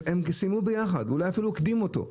הם סיימו ביחד, אולי אפילו הקדימו אותו,